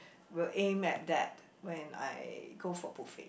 will aim at that when I go for buffet